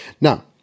Now